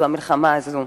זו המלחמה הזו.